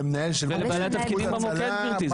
לבעלי התפקידים במוקד גברתי.